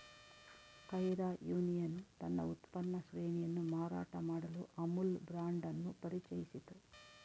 Kaira union ತನ್ನ ಉತ್ಪನ್ನ ಶ್ರೇಣಿಯನ್ನು ಮಾರಾಟ ಮಾಡಲು ಅಮುಲ್ ಬ್ರಾಂಡ್ ಅನ್ನು ಪರಿಚಯಿಸಿತು